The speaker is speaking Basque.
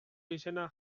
izena